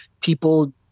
people –